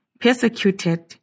Persecuted